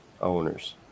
owners